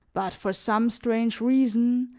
but for some strange reason,